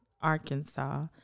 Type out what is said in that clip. Arkansas